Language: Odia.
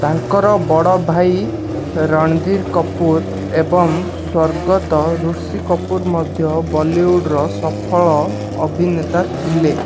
ତାଙ୍କର ବଡ଼ ଭାଇ ରଣଧୀର କପୁର ଏବଂ ସ୍ୱର୍ଗତ ଋଷି କପୁର ମଧ୍ୟ ବଲିଉଡ଼ର ସଫଳ ଅଭିନେତା ଥିଲେ